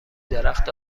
درخت